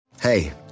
Hey